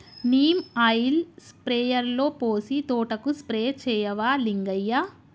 neem oil స్ప్రేయర్లో పోసి తోటకు స్ప్రే చేయవా లింగయ్య